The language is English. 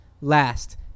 last